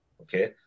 okay